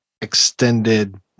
extended